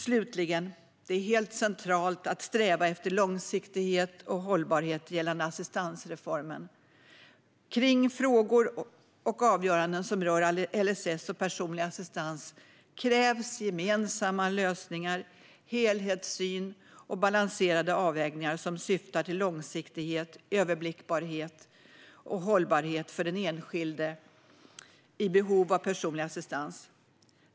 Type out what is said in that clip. Slutligen: Det är helt centralt att sträva efter långsiktighet och hållbarhet gällande assistansreformen. Kring frågor och avgöranden som rör LSS och personlig assistans krävs gemensamma lösningar, helhetssyn och balanserade avvägningar som syftar till långsiktighet, överblickbarhet och hållbarhet för den enskilde i behov av personlig assistans.